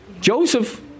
Joseph